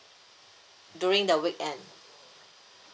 during the weekend